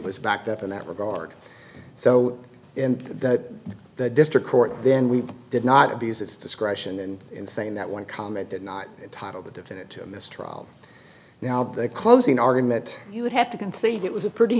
was backed up in that regard so that the district court then we did not abuse its discretion in saying that one comment did not entitle the defendant to a mistrial now their closing argument you would have to concede it was a pretty